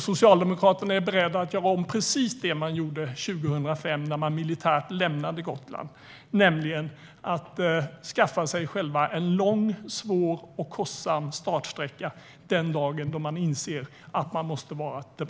Socialdemokraterna är beredda att göra om precis samma sak som man gjorde 2005, när man militärt lämnade Gotland, nämligen att skaffa sig en lång, svår och kostsam startsträcka den dag man inser att man måste tillbaka dit.